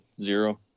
zero